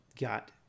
got